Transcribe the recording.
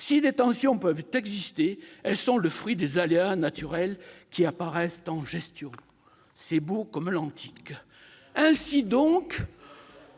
Si des tensions peuvent exister, elles sont le fruit des aléas naturels qui apparaissent en gestion »... C'est beau comme l'antique ! C'est l'ancien